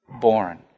born